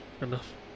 enough